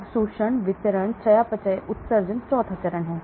तो अवशोषण वितरण चयापचय उत्सर्जन चौथा चरण है